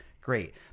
great